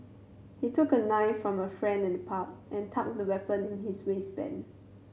he took a knife from a friend in the pub and tucked the weapon in his waistband